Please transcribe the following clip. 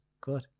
Good